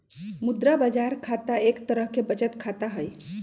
मुद्रा बाजार खाता एक तरह के बचत खाता हई